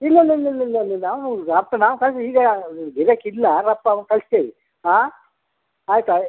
ಇಲ್ಲ ಇಲ್ಲ ಇಲ್ಲ ಇಲ್ಲ ಇಲ್ಲ ಹೌದು ರಪ್ಪ ನಾವು ಕಳಿಸಿ ಈಗ ಗಿರಾಕಿ ಇಲ್ಲ ರಪ್ಪ ಅವ್ನ ಕಳಿಸ್ತೇವೆ ಹಾಂ ಆಯಿತಾ